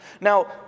Now